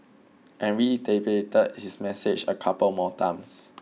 and reiterated his message a couple more times